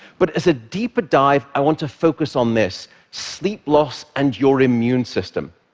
but as a deeper dive, i want to focus on this sleep loss and your immune system.